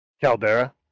Caldera